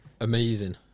Amazing